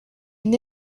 энэ